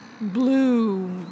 blue